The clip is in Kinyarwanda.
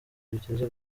bigeze